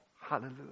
Hallelujah